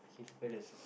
Crystal Palace